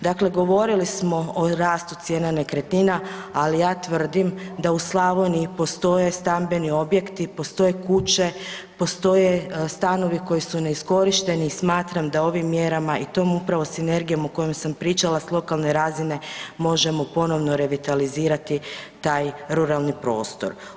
Dakle, govorili smo o rastu cijena nekretnina, ali ja tvrdim da u Slavoniji postoje stambeni objekti, postoje kuće, postoje stanovi koji su neiskorišteni i smatram da ovim mjerama i tom upravo sinergijom o kojoj sam pričala s lokalne razine možemo ponovno revitalizirati taj ruralni prostor.